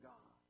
God